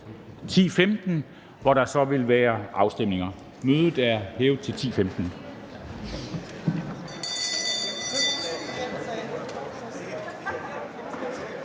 10.15, hvor der så vil være afstemninger. Mødet er hævet.